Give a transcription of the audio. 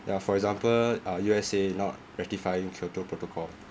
ya for example uh U_S_A not ratifying kyoto protocol